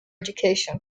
education